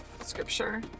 scripture